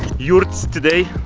yurts today